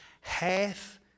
half